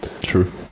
True